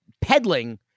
peddling